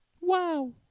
Wow